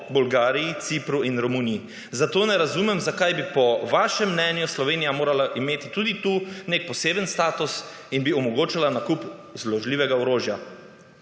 Bolgariji, Cipru in Romuniji. Zato ne razumem zakaj bi po vašem mnenju Slovenija morala imeti tudi tukaj nek poseben status in bi omogočala nakup zložljivega orožja.